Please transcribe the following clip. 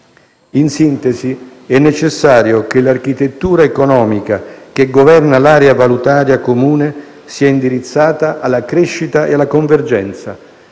In sintesi, è necessario che l'architettura economica che governa l'area valutaria comune sia indirizzata alla crescita e alla convergenza;